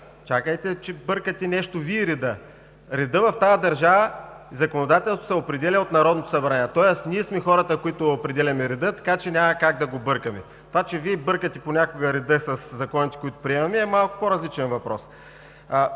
Чакайте, Вие бъркате нещо реда. Редът в тази държава, законодателството, се определя от Народното събрание, тоест ние сме хората, които определяме реда, така че няма как да го бъркаме. Това, че Вие бъркате понякога реда със законите, които приемаме, е малко по-различен въпрос.